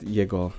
jego